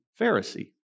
Pharisee